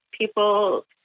People